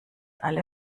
alle